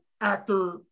actor